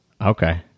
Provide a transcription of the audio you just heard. Okay